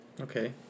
Okay